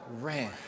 ran